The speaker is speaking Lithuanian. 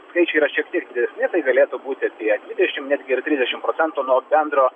skaičiai yra šiek tiek didesni tai galėtų būti apie dvidešim netgi ir trisdešim procentų nuo bendro